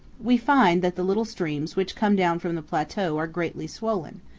we find that the little streams which come down from the plateau are greatly swollen,